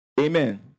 Amen